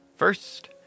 First